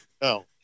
no